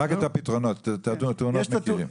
רק את הפתרונות, את התאונות מכירים.